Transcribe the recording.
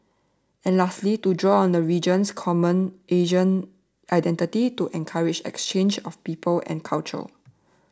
and lastly to draw on the region's common Asian identity to encourage exchanges of people and culture